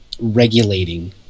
regulating